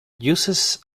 uses